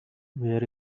where